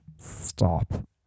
Stop